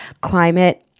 climate –